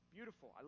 Beautiful